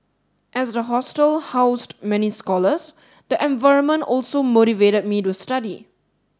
as the hostel housed many scholars the environment also motivated me to study